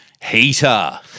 Heater